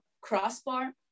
crossbar